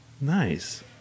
Nice